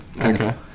okay